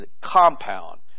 compound